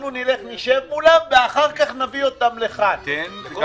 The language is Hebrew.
אנחנו נשב מולם ונביא אותם לכאן.